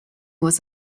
was